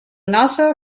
nassau